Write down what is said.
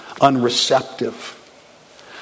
unreceptive